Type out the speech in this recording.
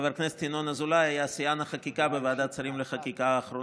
שחבר הכנסת ינון אזולאי היה שיאן החקיקה בוועדת השרים האחרונה לחקיקה,